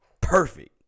perfect